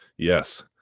Yes